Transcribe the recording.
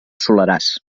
soleràs